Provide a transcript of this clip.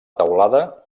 teulada